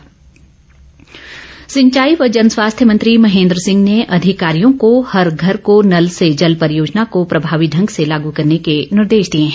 महेन्द्र सिंह सिंचाई व जनस्वास्थ्य मंत्री महेन्द्र सिंह ने अधिकारियों को हर घर को नल से जल परियोजना को प्रभावी ढंग से लागू करने के निर्देश दिए हैं